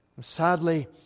Sadly